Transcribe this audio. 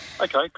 Okay